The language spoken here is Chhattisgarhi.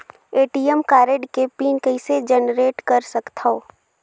ए.टी.एम कारड के पिन कइसे जनरेट कर सकथव?